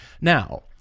Now